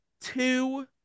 two